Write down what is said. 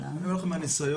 אני אומר לך מהניסיון,